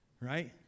right